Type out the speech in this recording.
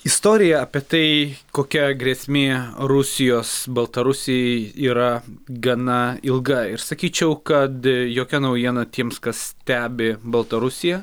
istorija apie tai kokia grėsmė rusijos baltarusijai yra gana ilga ir sakyčiau kad jokia naujiena tiems kas stebi baltarusiją